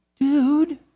Dude